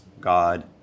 God